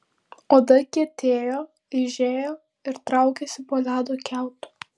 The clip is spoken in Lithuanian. oda kietėjo aižėjo ir traukėsi po ledo kiautu